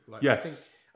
Yes